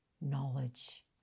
knowledge